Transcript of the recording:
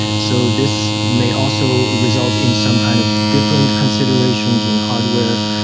so this may also result in some kind of different considerations in hardware.